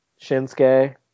Shinsuke